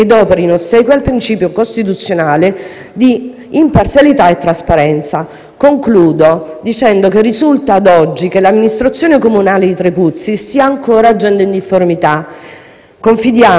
e trasparenza. Risulta ad oggi che l'amministrazione comunale di Trepuzzi stia ancora agendo in difformità. Confidiamo che da oggi in poi ci sia un opportuno ravvedimento.